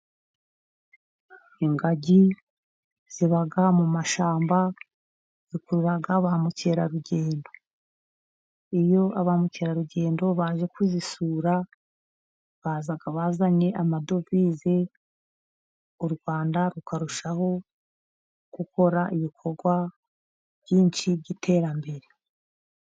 Ingagi ziba mu mashyamba zikurura ba mukerarugendo. Iyo ba mukerarugendo baje kuzisura, bazaga bazanye amadovize, u Rwanda rukarushaho gukora ibikorwa byinshi by'iterambere.